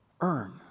Earn